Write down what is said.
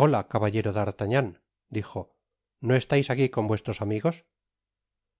hola caballero d'artagnan dijo no estais aqui con vuestros amigos